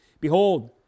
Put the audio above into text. Behold